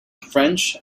french